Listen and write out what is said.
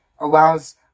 allows